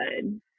good